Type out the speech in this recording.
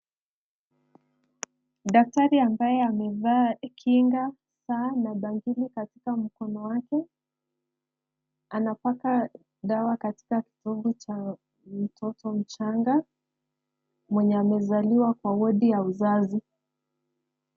Daktari ambaye amevaa kinga, saa na bangili katika mkono wake anapaka dawa katika kitovu cha mtoto mchanga mwenye amezaliwa kwa wodi ya uzazi.